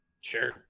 Sure